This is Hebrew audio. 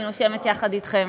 אני נושמת יחד אתכם.